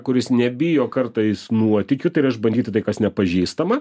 kuris nebijo kartais nuotykių tai yra išbandyti tai kas nepažįstama